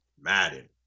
Madden